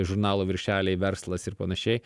žurnalų viršeliai verslas ir panašiai